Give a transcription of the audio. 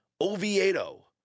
Oviedo